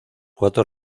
cuatro